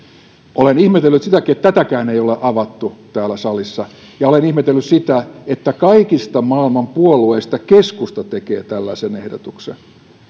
olen ihmetellyt sitäkin että tätäkään ei ole avattu täällä salissa ja olen ihmetellyt sitä että kaikista maailman puolueista keskusta tekee tällaisen ehdotuksen